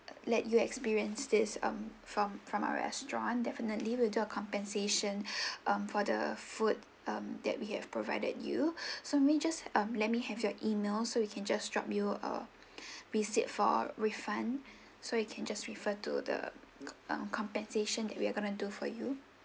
let you experience this um from from our restaurant definitely we will do compensation um for the food um that we have provided you so I means just um let me have your email so we can just drop you uh visit for refund so you can just refer to the uh compensation that we're gonna do for you